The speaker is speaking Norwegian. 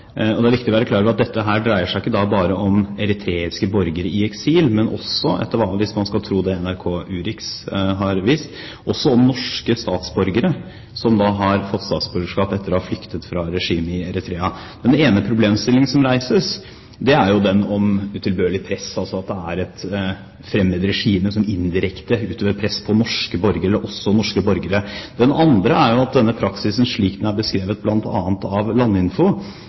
viktig å være klar over at dette dreier seg ikke bare om eritreiske borgere i eksil, men også – hvis man skal tro det NRK Urix har vist – om norske statsborgere som har fått statsborgerskap etter å ha flyktet fra regimet i Eritrea. Den ene problemstillingen som reises, er den om utilbørlig press, at det er et fremmed regime som indirekte utøver press på norske borgere, eller også norske borgere. Den andre er at denne praksisen, slik den er beskrevet bl.a. av